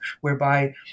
whereby